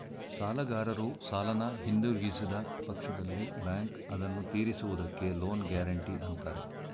ಸಾಲಗಾರರು ಸಾಲನ ಹಿಂದಿರುಗಿಸಿದ ಪಕ್ಷದಲ್ಲಿ ಬ್ಯಾಂಕ್ ಅದನ್ನು ತಿರಿಸುವುದಕ್ಕೆ ಲೋನ್ ಗ್ಯಾರೆಂಟಿ ಅಂತಾರೆ